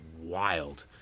wild